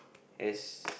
as